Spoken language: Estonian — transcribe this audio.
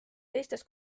teistes